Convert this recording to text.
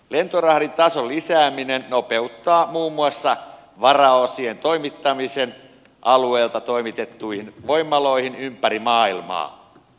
lentorahdin tason lisääminen nopeuttaa muun muassa varaosien toimittamista alueelta toimitettuihin voimaloihin ympäri maailmaa